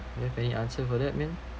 you have any answer for that min